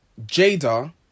Jada